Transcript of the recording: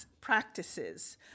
practices